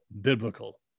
biblical